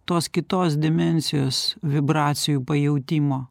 tos kitos dimensijos vibracijų pajautimo